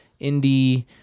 indie